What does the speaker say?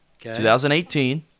2018